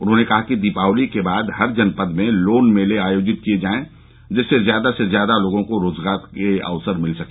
उन्होंने कहा कि दीपावली के बाद हर जनपद में लोन मेले आयोजित किये जाये जिससे ज्यादा से ज्यादा लोगों को रोजगार के अवसर मिल सके